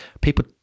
people